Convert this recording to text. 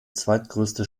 zweitgrößte